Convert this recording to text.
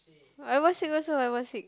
I was sick also I was sick